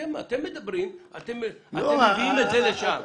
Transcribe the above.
אתם מביאים את זה לשם.